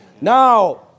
Now